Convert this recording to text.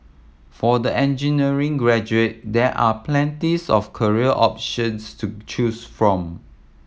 for the engineering graduate there are plenties of career options to choose from